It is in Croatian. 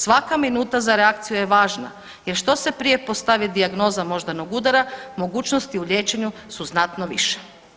Svaka minuta za reakciju je važna jer što se prije postavi dijagnoza moždanog udara mogućnosti u liječenju su znatno više.